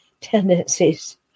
tendencies